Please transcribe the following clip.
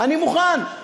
אני מוכן,